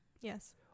Yes